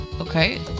Okay